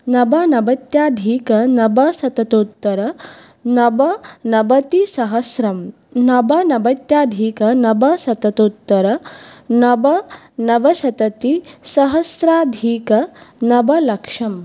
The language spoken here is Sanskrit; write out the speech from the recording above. नवनवत्यधिकनवशतोत्तर नवनवतिसहस्रं नवनवत्यधिकनवशतोत्तरनवनवसतसहस्राधिकनवलक्षम्